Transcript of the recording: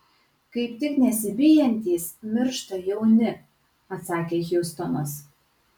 kaip tik nesibijantys miršta jauni atsakė hjustonas